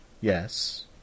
Yes